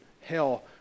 hell